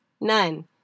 None